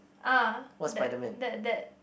ah that that that